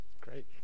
Great